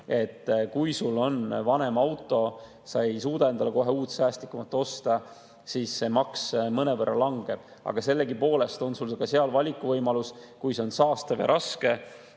et kui sul on vanem auto ja sa ei suuda endale kohe uut ja säästlikumat osta, siis see maks mõnevõrra langeb, aga sellegipoolest on sul valikuvõimalus, kui see on saastav ja raske,